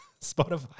Spotify